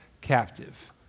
captive